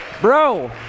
bro